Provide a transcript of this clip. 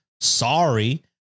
Sorry